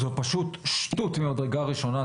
זו פשוט שטות ממדרגה ראשונה,